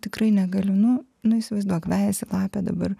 tikrai negaliu nu nu įsivaizduok vejasi lapę dabar